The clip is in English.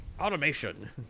Automation